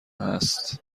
هست